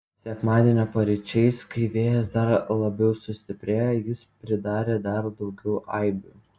sekmadienio paryčiais kai vėjas dar labiau sustiprėjo jis pridarė dar daugiau aibių